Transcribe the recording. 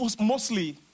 mostly